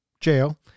jail